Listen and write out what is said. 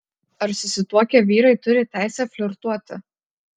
ar susituokę vyrai turi teisę flirtuoti